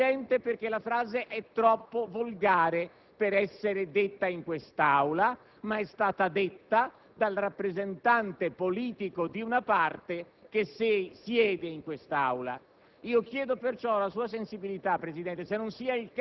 signor Presidente, perché è troppo volgare per essere detta in quest'Aula, ma è stata pronunciata dal rappresentante politico di una parte che siede in quest'Aula.